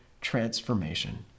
transformation